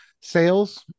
sales